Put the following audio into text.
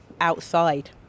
outside